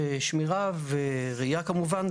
שמירה וכמובן,